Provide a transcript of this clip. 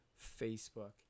Facebook